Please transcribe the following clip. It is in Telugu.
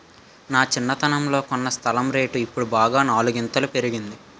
నా చిన్నతనంలో కొన్న స్థలం రేటు ఇప్పుడు బాగా నాలుగింతలు పెరిగింది